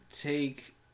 take